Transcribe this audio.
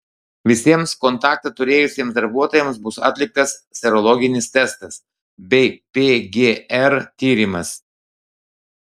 visiems kontaktą turėjusiems darbuotojams bus atliktas serologinis testas bei pgr tyrimas